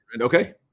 okay